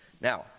Now